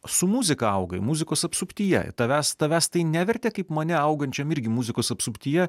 su muzika augai muzikos apsuptyje tavęs tavęs tai nevertė kaip mane augančiam irgi muzikos apsuptyje